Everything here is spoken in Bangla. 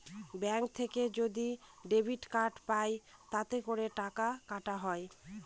ব্যাঙ্ক থেকে যদি ডেবিট কার্ড পাই তাতে করে টাকা কাটা হয়